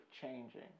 changing